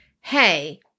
Hey